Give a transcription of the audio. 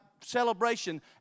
celebration